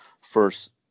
first